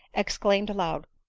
exclaimed aloud,